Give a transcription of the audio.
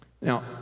Now